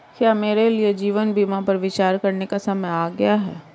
क्या मेरे लिए जीवन बीमा पर विचार करने का समय आ गया है?